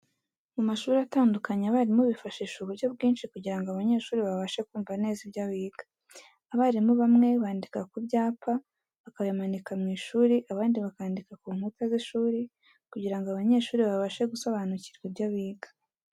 Mu mashuri atandukanye abarimu bifashisha uburyo bwinci kujyira ngo abanyeshuri babashe kumva neza ibyo biga . Abarimu bamwe bandika ku byapa bakabimanika mu ishuri abandi bakandika ku nkuta z'ishuri kujyira ngo abanyeshuri babashe gusobanucyirwa ibyo biga.